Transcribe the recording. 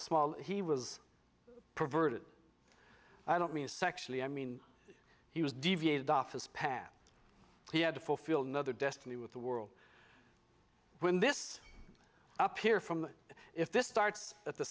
small he was perverted i don't mean sexually i mean he was deviated office path he had to fulfill no other destiny with the world when this up here from if this starts at the